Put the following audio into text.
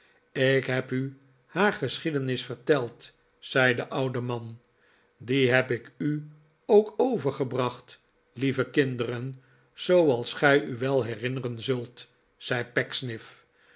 ik heb u haar geschiedenis verteld zei de oude man die heb ik u ook overgebracht lieve kinderen zooals gij u wel herinneren zult zei